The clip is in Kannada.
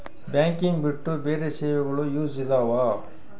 ಬ್ಯಾಂಕಿಂಗ್ ಬಿಟ್ಟು ಬೇರೆ ಸೇವೆಗಳು ಯೂಸ್ ಇದಾವ?